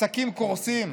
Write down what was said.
עסקים קורסים,